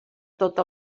tot